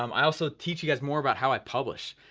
um i also teach you guys more about how i publish.